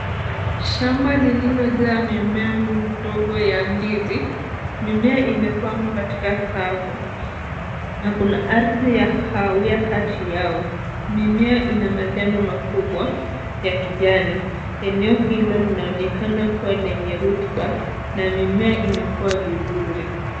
Shamba lililojaa jaa mimea midogo ya ndizi. Mimea imepangwa katika safu. Na kuna ardhi ya kahawia kati yao. Mimea ina majani makubwa ya kijani. Eneo hilo linaonekana lenye rotuba na mimea inakua vizuri.